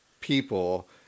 people